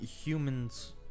Humans